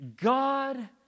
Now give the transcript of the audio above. God